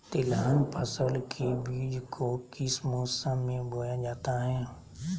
तिलहन फसल के बीज को किस मौसम में बोया जाता है?